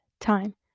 time